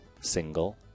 single